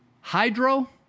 hydro